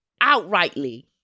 outrightly